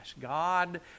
God